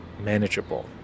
manageable